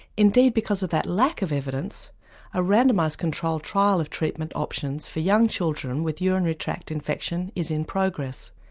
indeed because of that lack of evidence a randomised controlled trial of treatment options for young children with urinary tract infection is in progress.